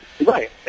Right